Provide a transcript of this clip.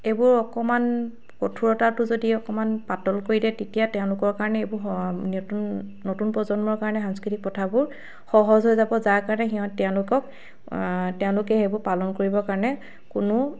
এইবোৰ অকণমান কঠোৰতাটো যদি অকণমান পাতল কৰি দিয়ে তেতিয়া তেওঁলোকৰ কাৰণে এইবো নতুন নতুন প্ৰজন্মৰ কাৰনে সাংস্কৃতিক প্ৰথাবোৰ সহজ হৈ যাব যাৰ কাৰণে সিহঁ তেওঁলোকক তেওঁলোকে সেইবোৰ পালন কৰিব কাৰণে কোনো